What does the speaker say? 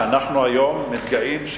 שאנחנו היום מתגאים.